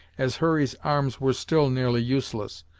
as hurry's arms were still nearly useless,